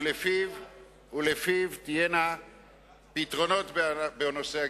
ולפיו יהיו פתרונות בנושא הגיור.